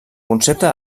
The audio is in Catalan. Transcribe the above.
concepte